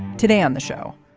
today on the show,